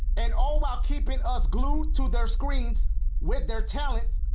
and all while keeping us glued to their screens with their talent,